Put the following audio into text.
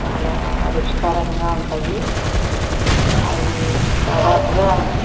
చాలా రుచికరంగా ఉంటాయి అవి దాదాపుగా